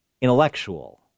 intellectual